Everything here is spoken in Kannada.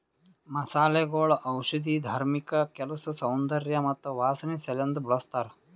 ಮಸಾಲೆಗೊಳ್ ಔಷಧಿ, ಧಾರ್ಮಿಕ ಕೆಲಸ, ಸೌಂದರ್ಯ ಮತ್ತ ವಾಸನೆ ಸಲೆಂದ್ ಬಳ್ಸತಾರ್